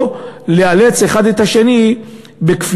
או לאלץ אחד את השני בכפייה.